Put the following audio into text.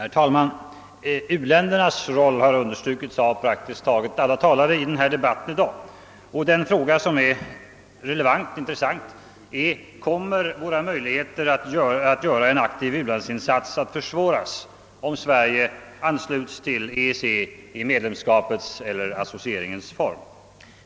Herr talman! U-ländernas roll har understrukits av praktiskt taget alla talare i denna debatt och den fråga som är intressant är: Kommer våra möjligheter att göra en aktiv u-landsinsats att försvåras om Sverige anslutes till EEC i medlemskapets eller = associeringens form?